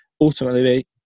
ultimately